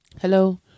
hello